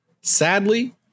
sadly